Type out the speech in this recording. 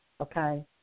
Okay